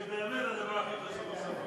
זה באמת הדבר הכי חשוב עכשיו במליאה.